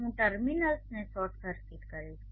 હું ટર્મિનલ્સને short circuit કરીશ